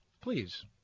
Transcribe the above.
please